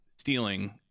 stealing